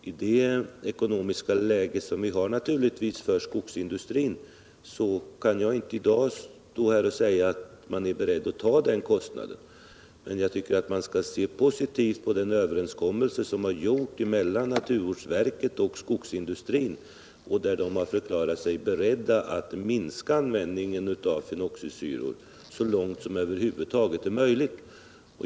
I det ekonomiska läge som råder för skogsindustrin kan jag inte i dag säga att man är beredd att ta den kostnaden. Men jag tycker att man skall se positivt på den överenskommelse som träffats mellan naturvårdsverket och skogsindustrin, där skogsindustrin har förklarat sig beredd att minska användningen av fenoxisyror så långt det över huvud taget är möjligt.